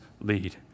lead